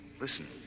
Listen